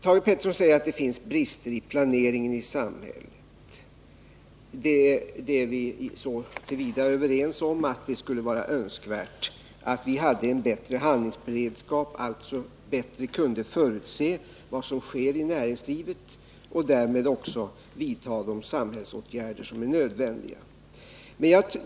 Thage Peterson säger att det finns brister i planeringen i samhället. Så till vida är vi överens om det att vi tycker det skulle vara önskvärt att vi hade en bättre handlingsberedskap, alltså bättre kunde förutse vad som sker i näringslivet och därmed också vidta de samhällsåtgärder som är nödvändiga.